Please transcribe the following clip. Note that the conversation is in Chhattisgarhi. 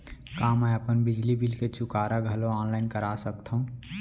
का मैं अपन बिजली बिल के चुकारा घलो ऑनलाइन करा सकथव?